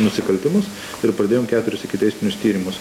nusikaltimus ir pradėjome keturis ikiteisminius tyrimus